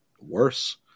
worse